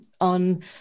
on